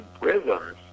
prisms